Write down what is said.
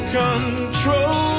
control